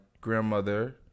grandmother